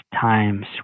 times